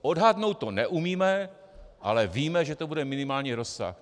Odhadnout to neumíme, ale víme, že to bude minimální rozsah.